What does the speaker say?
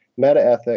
Metaethics